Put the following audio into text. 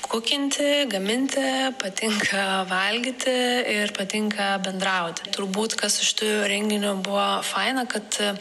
kukinti gaminti patinka valgyti ir patinka bendrauti turbūt kas iš tų renginių buvo faina kad